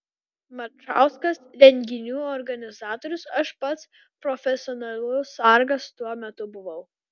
marčauskas renginių organizatorius aš pats profesionalus sargas tuo metu buvau